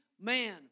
man